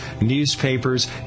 newspapers